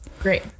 Great